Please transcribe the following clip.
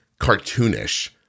cartoonish